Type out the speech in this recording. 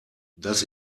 das